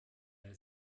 eine